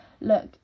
look